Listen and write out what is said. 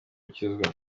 gukizwa